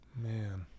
Man